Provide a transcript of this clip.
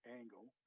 angle